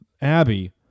Abby